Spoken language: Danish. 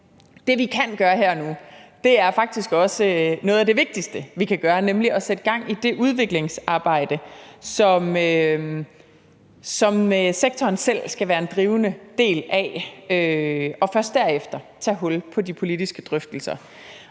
det, vi kan gøre her og nu, faktisk også er noget af det vigtigste, vi kan gøre, nemlig at sætte gang i det udviklingsarbejde, som sektoren selv skal være en drivende del af – og først derefter tage hul på de politiske drøftelser.